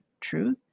Truth